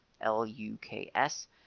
L-U-K-S